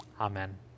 amen